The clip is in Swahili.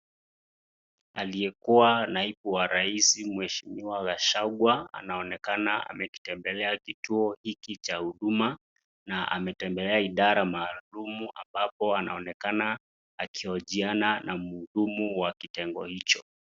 Aliyekuwa naibu wa rais mheshimiwa Gachagua anaonekana ametembelea kituo hiki cha huduma na ametembelea idara maalum ambapo anaonekana akihojiana na mhudumu wa kitengo hicho.